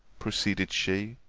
proceeded she,